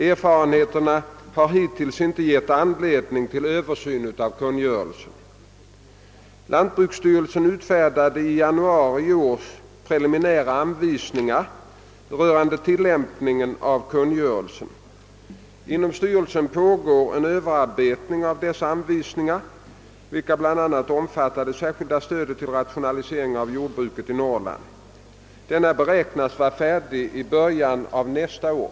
Erfarenheterna har hittills inte gett anledning till översyn av kungörelsen. Lantbruksstyrelsen utfärdade i januari i år preliminära anvisningar rörande tillämpningen av kungörelsen. Inom styrelsen pågår en överarbetning av dessa anvisningar, vilka bl.a. omfattar det särskilda stödet till rationalisering av jordbruket i Norrland. Denna beräknas vara färdig i början av nästa år.